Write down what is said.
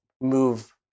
move